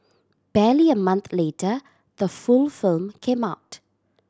barely a month later the full film came out